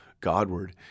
Godward